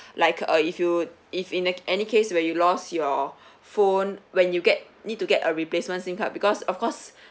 like uh if you would if in any case where you lost your phone when you get need to get a replacement SIM card because of course